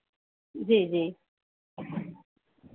जी जी